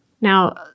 Now